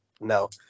No